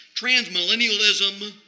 Transmillennialism